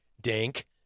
Dank